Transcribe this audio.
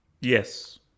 Yes